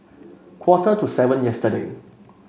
quarter to seven yesterday